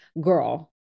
girl